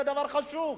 זה דבר חשוב.